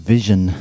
Vision